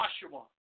Joshua